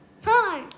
four